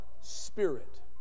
spirit